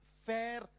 fair